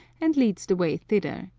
and leads the way thither,